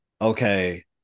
okay